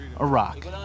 Iraq